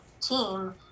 team